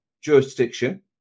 jurisdiction